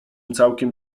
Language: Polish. całkiem